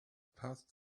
passed